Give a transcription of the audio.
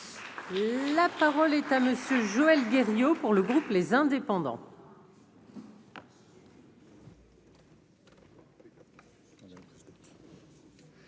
la parole est à monsieur Joël Guerriau pour le groupe, les indépendants.